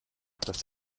das